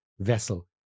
vessel